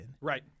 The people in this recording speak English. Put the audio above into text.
Right